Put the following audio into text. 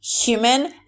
human